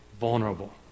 vulnerable